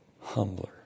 humbler